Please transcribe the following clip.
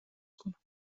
کنم